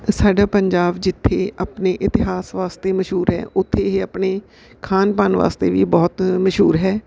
ਸਾਡਾ ਪੰਜਾਬ ਜਿੱਥੇ ਆਪਣੇ ਇਤਿਹਾਸ ਵਾਸਤੇ ਮਸ਼ਹੂਰ ਹੈ ਉੱਥੇ ਇਹ ਆਪਣੇ ਖਾਣ ਪਾਣ ਵਾਸਤੇ ਵੀ ਬਹੁਤ ਮਸ਼ਹੂਰ ਹੈ